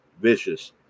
Vicious